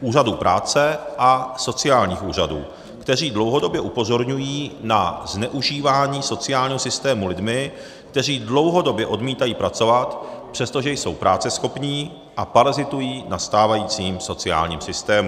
úřadů práce a sociálních úřadů, kteří dlouhodobě upozorňují na zneužívání sociálního systému lidmi, kteří dlouhodobě odmítají pracovat, přestože jsou práceschopní, a parazitují na stávajícím sociálním systému.